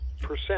percent